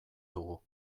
dugu